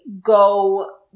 go